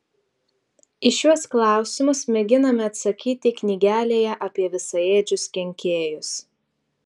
į šiuos klausimus mėginame atsakyti knygelėje apie visaėdžius kenkėjus